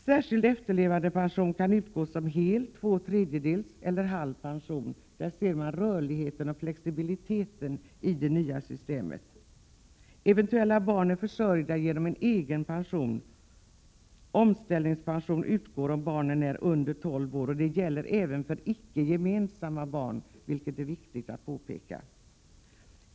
Särskild efterlevandepension kan utgå som hel, två tredjedels eller halv pension. Där ser man rörligheten och flexibiliteten i det nya systemet. Omställningspension utgår om barnet är under 12 år. Det gäller även för icke gemensamma barn, vilket är viktigt att påpeka.